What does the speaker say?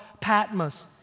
Patmos